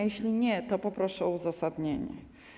Jeśli nie, to poproszę o uzasadnienie.